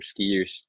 skiers